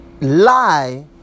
lie